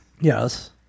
Yes